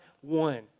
One